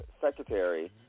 secretary